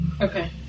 okay